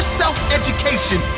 self-education